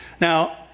Now